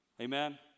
Amen